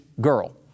girl